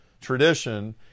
tradition